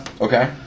Okay